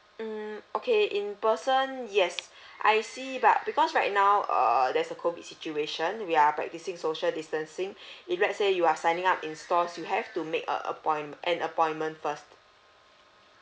mm okay in person yes I see but because right now err there's a COVID situation we are practicing social distancing if let's say you are signing up in stores you have to make a appoint~ an appointment first